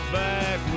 back